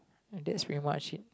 that's very much it